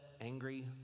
angry